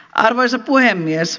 arvoisa puhemies